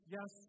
Yes